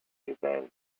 revenged